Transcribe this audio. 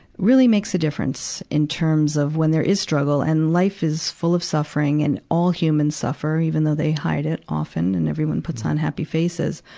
really makes a difference, in terms of when there is struggle. and life is full of suffering, and all humans suffer even though they hide it often and everyone puts on happy faces.